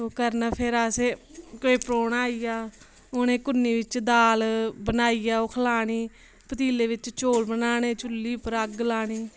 ओह् करना फिर असें कोई परौह्ना आई जा उ'नें गी कुन्नी बिच्च दाल बनाइयै ओह् खलानी पतीले बिच्च चौल बनाने चुल्ली पर अग्ग लानी